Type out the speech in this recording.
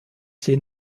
sehen